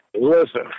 listen